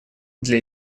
для